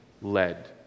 led